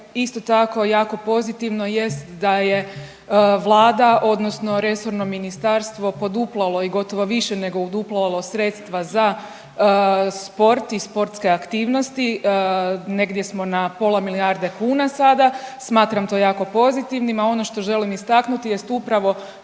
isto tako jako pozitivno jest da je vlada odnosno resorno ministarstvo poduplalo i gotovo više nego uduplalo sredstva za sport i sportske aktivnosti, negdje smo na pola milijarde kuna sada, smatram to jako pozitivnim. A ono što želim istaknuti jest upravo